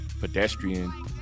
pedestrian